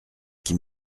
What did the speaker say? qui